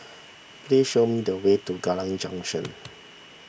please show me the way to Kallang Junction